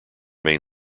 main